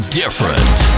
different